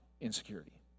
insecurity